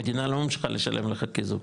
המדינה לא ממשיכה לשלם לך כזוג